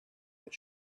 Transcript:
that